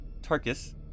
Tarkus